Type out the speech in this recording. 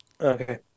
okay